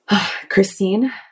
Christine